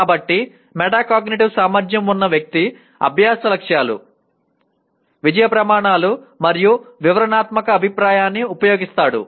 కాబట్టి మెటాకాగ్నిటివ్ సామర్థ్యం ఉన్న వ్యక్తి అభ్యాస లక్ష్యాలు విజయ ప్రమాణాలు మరియు వివరణాత్మక అభిప్రాయాన్ని ఉపయోగిస్తాడు